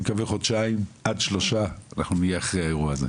מקווה חודשיים עד שלושה אנחנו נהיה אחרי האירוע הזה.